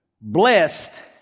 blessed